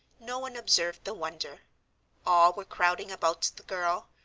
no one observed the wonder all were crowding about the girl,